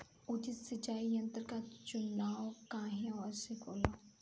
उचित कटाई यंत्र क चुनाव काहें आवश्यक होला?